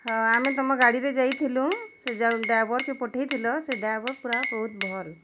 ହଁ ଆମେ ତମ ଗାଡ଼ିରେ ଯାଇଥିଲୁ ସେ ଯୋଉ ଡ଼୍ରାଇଭର୍କେ ପଠେଇଥଲ ସେ ଡ଼୍ରାଇଭର୍ ପୁରା ବହୁତ୍ ଭଲ୍